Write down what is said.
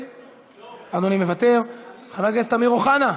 אדוני מוותר, חבר הכנסת אמיר אוחנה,